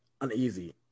uneasy